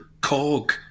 cog